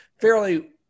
fairly